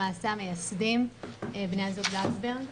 למעשה המייסדים בני הזוג זלצברג.